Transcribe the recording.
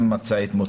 מצא את מותו.